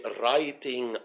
writing